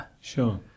Sure